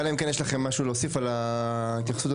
אלא אם כן יש לכם משהו להוסיף על ההתייחסות הזאת,